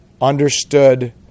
understood